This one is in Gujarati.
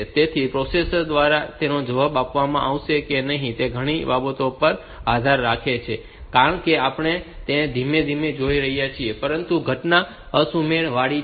તેથી પ્રોસેસર દ્વારા તેનો જવાબ આપવામાં આવશે કે નહીં તે અન્ય ઘણી બાબતો પર આધાર રાખે છે કારણ કે આપણે તેને ધીમેથી જોઈએ છીએ પરંતુ ઘટના અસુમેળ વાળી છે